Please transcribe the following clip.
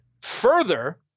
further –